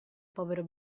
povero